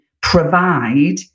provide